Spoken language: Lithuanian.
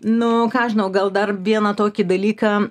nu ką aš žinau gal dar vieną tokį dalyką